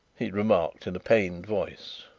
he remarked in a pained voice.